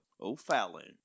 O'Fallon